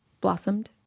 blossomed